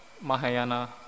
Mahayana